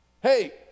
Hey